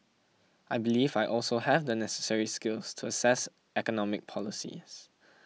I believe I also have the necessary skills to assess economic policies